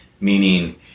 meaning